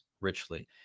richly